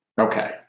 Okay